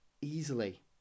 easily